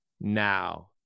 now